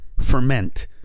ferment